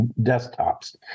desktops